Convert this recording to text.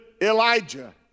elijah